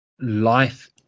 life